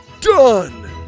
done